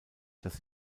das